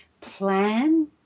plan